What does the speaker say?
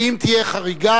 כי אם תהיה חריגה,